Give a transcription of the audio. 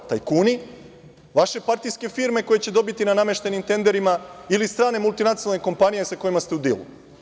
Tajkuni, vaše partijske firme koje će dobiti na nameštenim tenderima ili strane multinacionalne kompanije sa kojima ste u dilu?